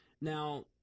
Now